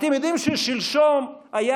אתם יודעים ששלשום היה,